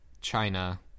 china